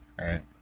right